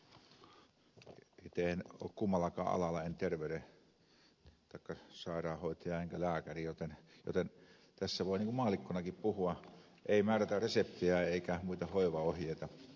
itse en ole kummallakaan alalla en ole terveyden taikka sairaanhoitaja enkä lääkäri joten tässä voi niin kuin maallikkonakin puhua ei määrätä reseptiä eikä muita hoivaohjeita